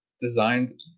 designed